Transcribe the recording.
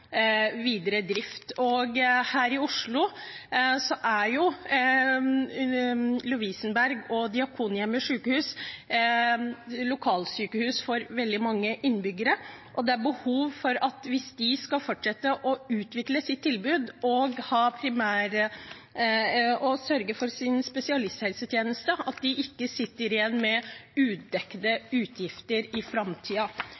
videre drift. Her i Oslo er Lovisenberg Diakonale Sykehus og Diakonhjemmet Sykehus lokalsykehus for veldig mange innbyggere. Hvis de skal fortsette og utvikle sitt tilbud og sørge for sin spesialisthelsetjeneste, er det behov for at de ikke sitter igjen med